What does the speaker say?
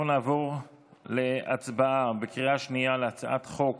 אנחנו נעבור להצבעה בקריאה שנייה על הצעת חוק